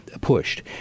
pushed